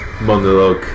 monologue